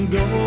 go